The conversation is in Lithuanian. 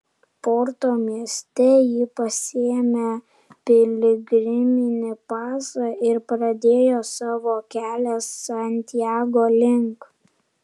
porto mieste ji pasiėmė piligriminį pasą ir pradėjo savo kelią santiago link